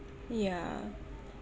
ya